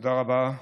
תודה רבה,